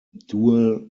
dual